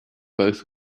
both